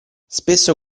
spesso